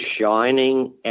shining